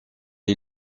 est